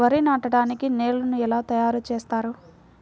వరి నాటడానికి నేలను ఎలా తయారు చేస్తారు?